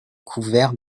couverts